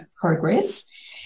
Progress